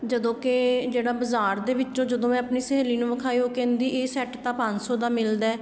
ਜਦੋਂ ਕਿ ਜਿਹੜਾ ਬਜ਼ਾਰ ਦੇ ਵਿੱਚੋਂ ਜਦੋਂ ਮੈਂ ਆਪਣੀ ਸਹੇਲੀ ਨੂੰ ਵਿਖਾਏ ਉਹ ਕਹਿੰਦੀ ਇਹ ਸੈੱਟ ਤਾਂ ਪੰਜ ਸੌ ਦਾ ਮਿਲਦਾ